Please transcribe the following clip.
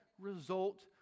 result